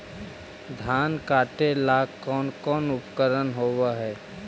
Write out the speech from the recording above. धान काटेला कौन कौन उपकरण होव हइ?